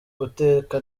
guteka